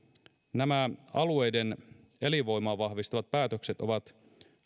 nämä alueiden elinvoimaa vahvistavat päätökset ovat